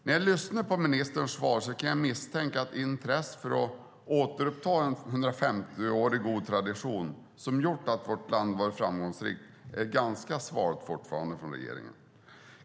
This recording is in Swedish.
När jag lyssnar på ministerns svar misstänker jag att intresset för att återuppta en 150-årig god tradition som gjort att vårt land varit framgångsrikt fortfarande är ganska svalt hos regeringen.